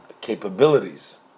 capabilities